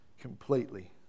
completely